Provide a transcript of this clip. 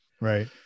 Right